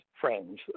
friends